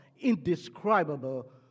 indescribable